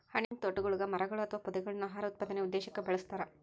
ಹಣ್ಣಿನತೋಟಗುಳಗ ಮರಗಳು ಅಥವಾ ಪೊದೆಗಳನ್ನು ಆಹಾರ ಉತ್ಪಾದನೆ ಉದ್ದೇಶಕ್ಕ ಬೆಳಸ್ತರ